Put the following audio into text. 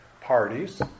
parties